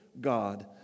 God